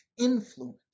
influence